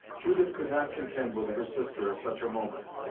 judith could not contend with her sister at such a moment,